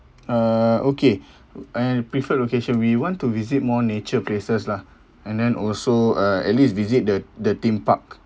uh okay and preferred location we want to visit more nature places lah and then also uh at least visit the the theme park